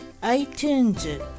iTunes